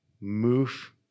move